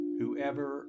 whoever